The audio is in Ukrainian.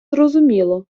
зрозуміло